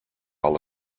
all